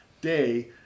day